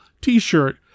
t-shirt